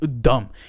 dumb